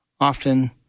often